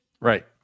Right